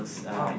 !wow!